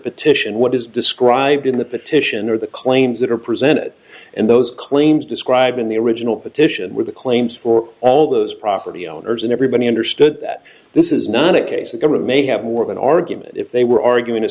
petition what is described in the petition or the claims that are presented and those claims described in the original petition were the claims for all those property owners and everybody understood that this is not a case the government may have more of an argument if they were arguing a